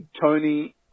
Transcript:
Tony